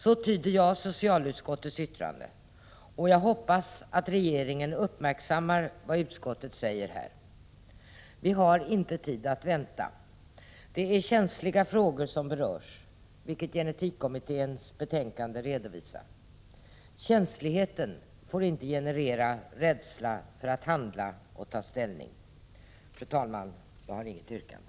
Så tyder jag socialutskottets yttrande, och jag hoppas att regeringen uppmärksammar vad utskottet säger. Vi har inte tid att vänta. Det är känsliga frågor som berörs, vilket gen-etik-kommitténs betänkande redovisar. Känsligheten får inte generera rädsla för att handla och ta ställning. Fru talman! Jag har inget yrkande.